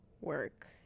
work